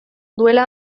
duela